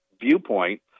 viewpoint